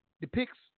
depicts